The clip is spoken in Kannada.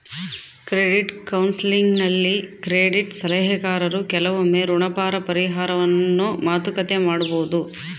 ಕ್ರೆಡಿಟ್ ಕೌನ್ಸೆಲಿಂಗ್ನಲ್ಲಿ ಕ್ರೆಡಿಟ್ ಸಲಹೆಗಾರರು ಕೆಲವೊಮ್ಮೆ ಋಣಭಾರ ಪರಿಹಾರವನ್ನು ಮಾತುಕತೆ ಮಾಡಬೊದು